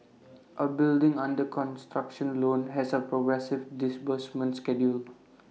A building under construction loan has A progressive disbursement can deal